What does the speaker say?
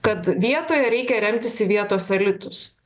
kad vietoje reikia remtis į vietos elitus